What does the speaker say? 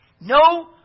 No